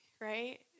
right